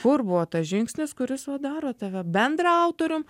kur buvo tas žingsnis kuris va daro tave bendraautorium